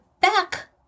back